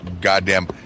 goddamn